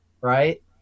right